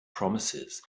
promises